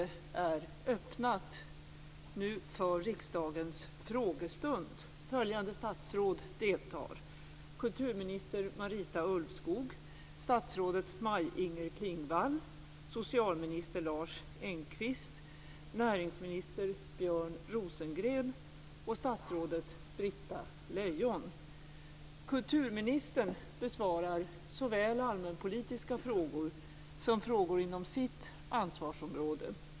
Följande statsråd deltar: kulturminister Marita Ulvskog, statsrådet Maj-Inger Klingvall, socialminister Lars Engqvist, näringsminister Björn Rosengren och statsrådet Britta Lejon. Kulturministern besvarar såväl allmänpolitiska frågor som frågor inom sitt ansvarsområde.